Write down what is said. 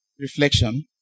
reflection